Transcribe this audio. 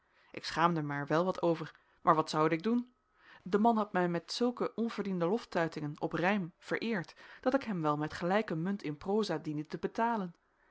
ik schaamde er mij wel wat over maar wat zoude ik doen de man had mij zulke onverdiende loftuitingen op rijm vereerd dat ik hem wel met gelijke munt in proza diende te betalen